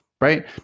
Right